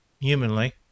humanly